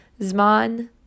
zman